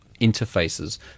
interfaces